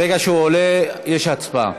ברגע שהוא עולה יש הצבעה.